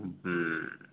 ହୁଁ